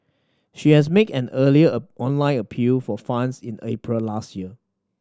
she has make an earlier a online appeal for funds in April last year